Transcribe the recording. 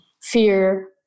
fear